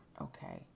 okay